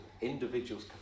individuals